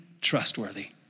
trustworthy